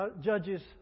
Judges